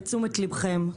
לתשומת ליבכם,